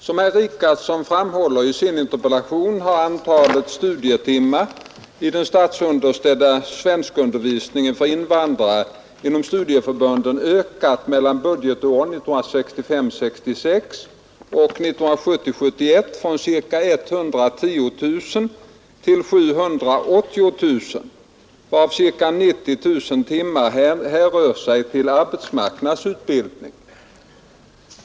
Som herr Richardson framhåller i sin interpellation har antalet studietimmar i den statsunderstödda svenskundervisningen för invandrare inom studieförbunden ökat mellan budgetåren 1965 71 från ca 110 000 till ca 780 000, varav ca 90 000 timmar hänförde sig till arbetsmarknadsutbildningen.